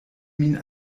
min